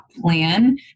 plan